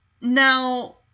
now